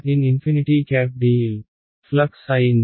n∞ dl flux అయింది